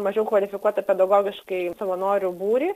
mažiau kvalifikuotą pedagogiškai savanorių būrį